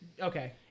Okay